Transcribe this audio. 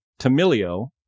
Tamilio